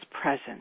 presence